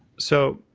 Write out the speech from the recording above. so,